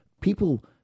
people